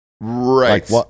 Right